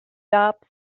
job